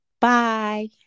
bye